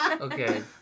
Okay